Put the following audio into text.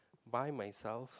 by myself